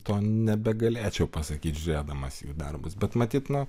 to nebegalėčiau pasakyti žiūrėdamas į jų darbus bet matyt nu